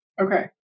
Okay